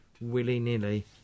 willy-nilly